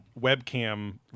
webcam